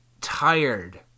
tired